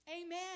Amen